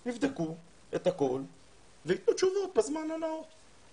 תבדקו את הכול ותנו תשובות בזמן הנאות.